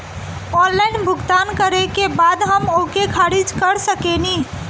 Online भुगतान करे के बाद हम ओके खारिज कर सकेनि?